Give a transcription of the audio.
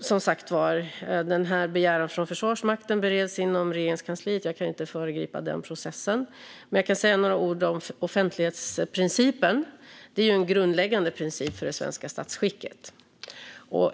Som sagt bereds denna begäran från Försvarsmakten inom Regeringskansliet. Jag kan inte föregripa den processen. Jag kan dock säga några ord om offentlighetsprincipen. Det är en grundläggande princip för det svenska statsskicket.